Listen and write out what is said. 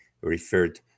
referred